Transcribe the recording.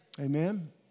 Amen